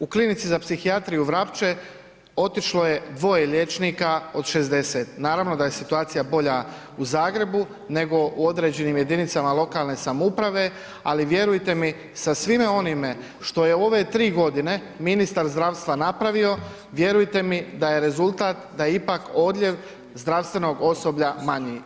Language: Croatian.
U Klinici za psihijatriju Vrapče otišlo je dvoje liječnika od 60, naravno da je situacija bolja u Zagrebu nego u određenim jedinicama lokalne samouprave, ali vjerujte mi sa svime onime što je u ove tri godine ministar zdravstva napravio, vjerujte mi da je rezultat da je ipak odljev zdravstvenog osoblja manji.